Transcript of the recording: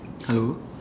hello